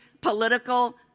political